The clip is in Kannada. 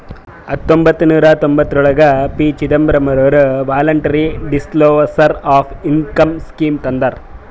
ಹತೊಂಬತ್ತ ನೂರಾ ತೊಂಭತ್ತಯೋಳ್ರಾಗ ಪಿ.ಚಿದಂಬರಂ ಅವರು voluntary disclosure of income scheme ತಂದಾರ